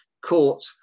court